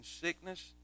sickness